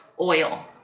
oil